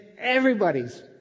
everybody's